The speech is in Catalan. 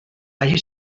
haja